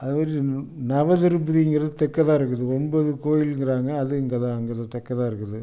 அதேமாதிரி நவ திருப்பதிங்கிறது தெற்கத்தான் இருக்குது ஒன்பது கோயிலுங்கிறாங்க அதுவும் இங்கே தான் இங்கதான் தெற்கத்தான் இருக்குது